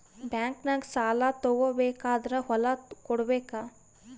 ಬ್ಯಾಂಕ್ನಾಗ ಸಾಲ ತಗೋ ಬೇಕಾದ್ರ್ ಹೊಲ ಕೊಡಬೇಕಾ?